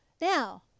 Now